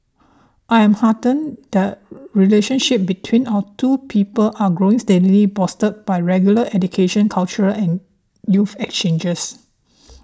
I am heartened the relationship between our two peoples are growing steadily bolstered by regular educational cultural and youth exchanges